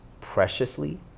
preciously